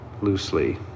loosely